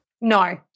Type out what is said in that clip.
No